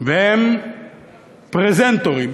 הם פרזנטורים